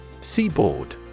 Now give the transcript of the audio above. Seaboard